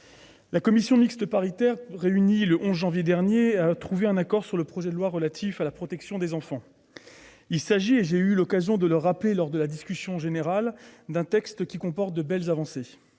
la commission mixte paritaire, réunie le 11 janvier dernier, a trouvé un accord sur le projet de loi relatif à la protection des enfants. Comme j'ai eu l'occasion de le rappeler lors de la discussion générale en première lecture, ce texte comporte de belles avancées.